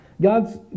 God's